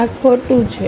આ ખોટું છે